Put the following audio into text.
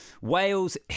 Wales